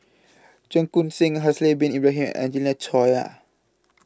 Cheong Koon Seng Haslir Bin Ibrahim Angelina Choy